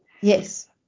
Yes